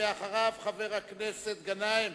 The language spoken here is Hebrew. אחריו, חבר הכנסת גנאים.